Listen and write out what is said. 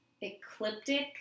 ecliptic